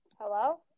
Hello